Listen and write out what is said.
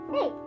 Hey